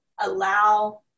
allow